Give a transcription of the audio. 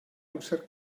amser